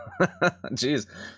Jeez